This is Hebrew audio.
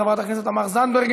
חברת הכנסת תמר זנדברג,